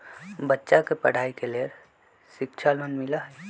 बच्चा के पढ़ाई के लेर शिक्षा लोन मिलहई?